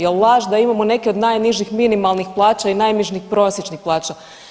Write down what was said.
Jel laž da imamo neke od najnižih minimalnih plaća i najnižih prosječnih plaća?